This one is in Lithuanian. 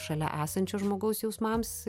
šalia esančio žmogaus jausmams